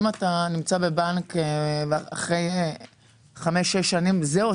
אם אתה נמצא בבנק כבר חמש שש שנים אז זהו,